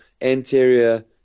anterior